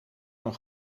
een